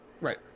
Right